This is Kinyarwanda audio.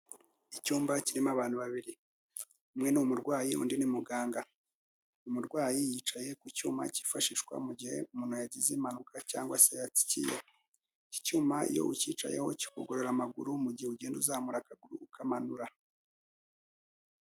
Icyumba kirimo abantu babiri, umwe ni umurwayi undi ni muganga. Umurwayi yicaye ku cyuma cyifashishwa mu gihe umuntu yagize impanuka cyangwa se yatsikiye. Iki cyuma iyo ucyicayeho kikugorora amaguru mu gihe ugenda uzamura akaguru ukamanura.